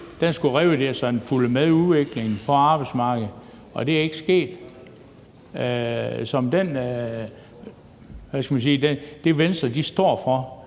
Den skulle revurderes, så den fulgte med udviklingen på arbejdsmarkedet, og det er ikke sket. Med det Venstre står for,